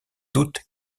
doutent